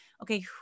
okay